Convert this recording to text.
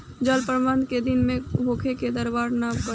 जल प्रबंधन केय दिन में होखे कि दरार न परेला?